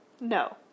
No